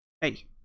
Hey